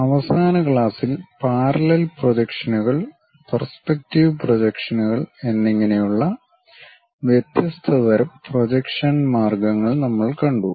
അവസാന ക്ലാസ്സിൽ പാരല്ലൽപ്രൊജക്ഷനുകൾ പെർസ്പെക്റ്റീവ് പ്രൊജക്ഷനുകൾ എന്നിങ്ങനെയുള്ള വ്യത്യസ്ത തരം പ്രൊജക്ഷൻ മാർഗങ്ങൾ നമ്മൾ കണ്ടു